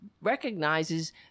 recognizes